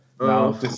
Now